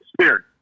spirit